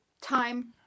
time